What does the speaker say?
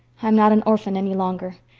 i'm not an orphan any longer.